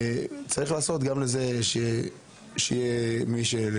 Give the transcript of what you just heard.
צריך לעשות בעניין הזה שזה יהיה לשבוע,